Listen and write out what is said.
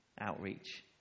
outreach